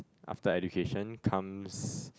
after education comes